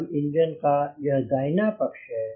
अब इंजन का यह दाहिना पक्ष है